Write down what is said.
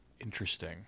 Interesting